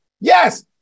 yes